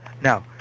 Now